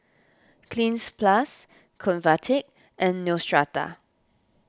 Cleanz Plus Convatec and Neostrata